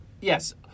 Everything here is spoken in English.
yes